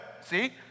see